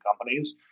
companies